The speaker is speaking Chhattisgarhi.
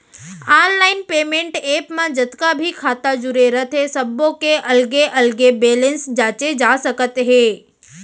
आनलाइन पेमेंट ऐप म जतका भी खाता जुरे रथे सब्बो के अलगे अलगे बेलेंस जांचे जा सकत हे